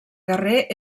guerrer